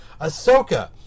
Ahsoka